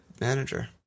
manager